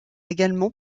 également